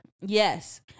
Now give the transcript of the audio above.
yes